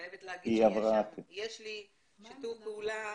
אני חייבת להגיד שיש לי שיתוף פעולה